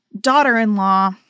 daughter-in-law –